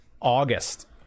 August